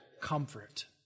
comfort